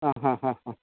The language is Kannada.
ಹಾಂ ಹಾಂ ಹಾಂ ಹಾಂ